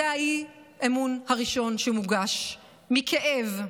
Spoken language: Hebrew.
זה האי-אמון הראשון שמוגש מכאב,